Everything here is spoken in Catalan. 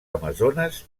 amazones